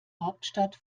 hauptstadt